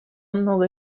многое